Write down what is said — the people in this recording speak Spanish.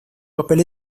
papel